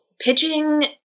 pitching